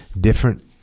different